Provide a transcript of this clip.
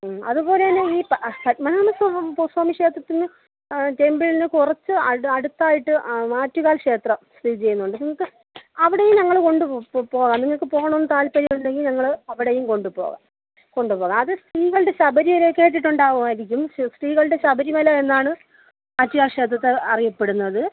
അതുപോലെതന്നെ ഈ പദ്മനാഭസ്വാമി സ്വാമി ക്ഷേത്രത്തിന് ടെമ്പിളിന് കുറച്ച് അടുത്തായിട്ട് ആറ്റുകാൽക്ഷേത്രം സ്ഥിതി ചെയ്യുന്നുണ്ട് നിങ്ങൾക്ക് അവിടെയും ഞങ്ങൾ കൊണ്ടു പോകാം നിങ്ങൾക്ക് പോകണം എന്ന് താൽപ്പര്യം ഉണ്ടെങ്കിൽ ഞങ്ങൾ അവിടെയും കൊണ്ടുപോവാം കൊണ്ടുപോകാം അത് സ്ത്രീകളുടെ ശബരിമല കേട്ടിട്ടുണ്ടാകുമായിരിക്കും സ്ത്രീകളുടെ ശബരിമല എന്നാണ് ആറ്റുകാൽ ക്ഷേത്രത്തെ അറിയപ്പെടുന്നത്